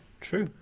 true